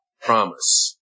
promise